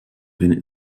hun